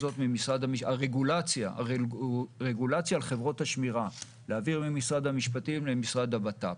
הרגולציה על חברות השמירה למשרד הבט"פ.